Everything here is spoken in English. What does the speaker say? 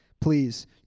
Please